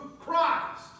Christ